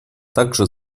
также